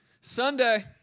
Sunday